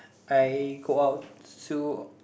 I go out to